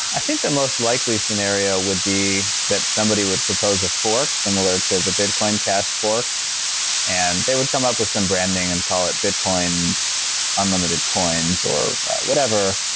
i think the most likely scenario would be that somebody would propose a fork similar to the bitcoin cash fork and they would come up with some brand name and call it bitcoin unlimited coins or whatever,